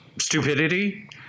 stupidity